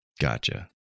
Gotcha